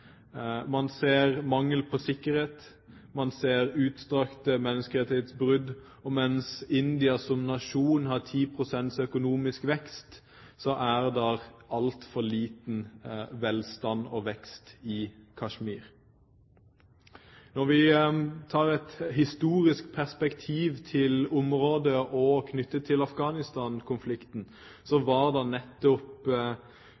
Man ser mangel på sikkerhet. Man ser utstrakte menneskerettighetsbrudd, og mens India som nasjon har 10 pst. økonomisk vekst, er det altfor liten velstand og vekst i Kashmir. Når vi tar et historisk perspektiv på området og knyttet til